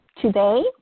Today